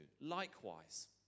Likewise